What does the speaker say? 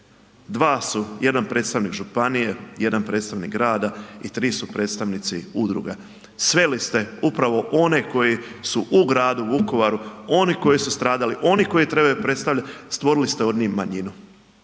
institucija, 1 predstavnik županije, 1 predstavnik grada i 3 su predstavnici udruga. Sveli ste upravo one koji su u gradu Vukovaru oni koji su stradali oni koji trebaju predstavljati, stvorili ste od njih manjinu,